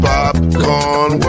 Popcorn